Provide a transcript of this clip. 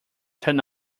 turn